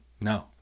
No